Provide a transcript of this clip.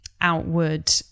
outward